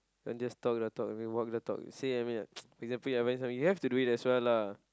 don't just talk the talk I mean walk the talk see what I mean or not for example I buy something you have to do it as well lah